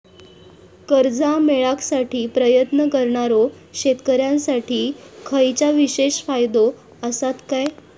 कर्जा मेळाकसाठी प्रयत्न करणारो शेतकऱ्यांसाठी खयच्या विशेष फायदो असात काय?